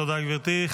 תודה, גברתי.